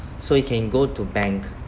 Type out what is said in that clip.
so you can go to bank